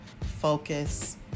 focus